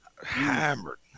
Hammered